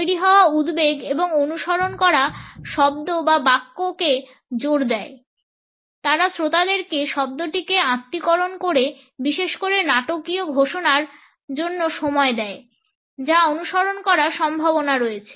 তৈরি হওয়া উদ্বেগ এবং অনুসরণ করা শব্দ বা বাক্যকে জোর দেয় তারা শ্রোতাদেরকে শব্দটিকে আত্মীকরণ করে বিশেষ করে নাটকীয় ঘোষণার জন্য সময় দেয় যা অনুসরণ করার সম্ভাবনা রয়েছে